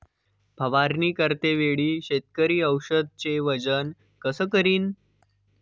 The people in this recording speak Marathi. फवारणी करते वेळी शेतकरी औषधचे वजन कस करीन?